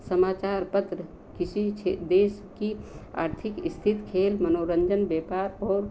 समाचार पत्र किसी अच्छे देश की आर्थिक स्थिति खेल मनोरंजन व्यापार और